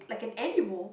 like an animal